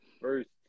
First